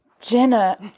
Jenna